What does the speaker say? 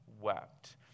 wept